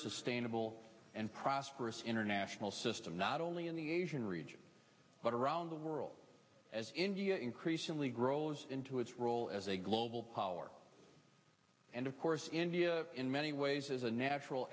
sustainable and prosperous international system not only in the asian region but around the world as india increasingly grows into its role as a global power and of course india in many ways is a natural